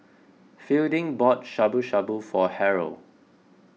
Fielding bought Shabu Shabu for Harold